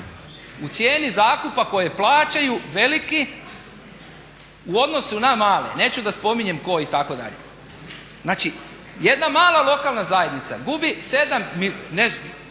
U cijeni zakupa kojeg plaćaju veliki u odnosu na male. Neću da spominjem koji itd.. Znači jedna mala lokalna zajednica gubi, društvo